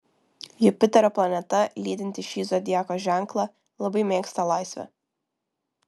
jupiterio planeta lydinti šį zodiako ženklą labai mėgsta laisvę